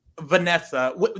Vanessa